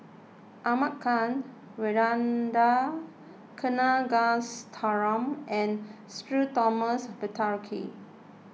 Ahmad Khan Ragunathar Kanagasuntheram and Sudhir Thomas Vadaketh